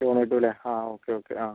loan കിട്ടൂലേ ആ okay okay ആ